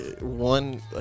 one